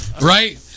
Right